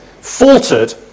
faltered